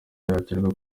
yakirwa